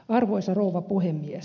arvoisa rouva puhemies